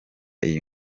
iyi